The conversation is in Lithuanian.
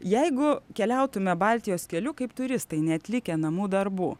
jeigu keliautume baltijos keliu kaip turistai neatlikę namų darbų